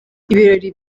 ibirori